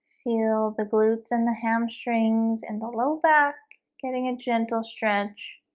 feel the glutes and the hamstrings and the low back getting a gentle stretch